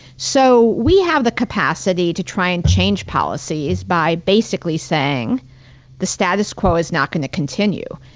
so we have the capacity to try and change policies by basically saying the status quo is not gonna continue.